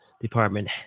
department